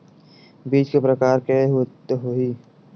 बीज के प्रकार के होत होही?